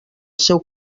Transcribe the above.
seu